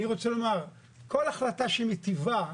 אני רוצה לומר, כל החלטה שמיטיבה,